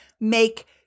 make